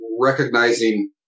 recognizing